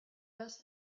best